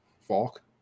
Falk